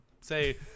say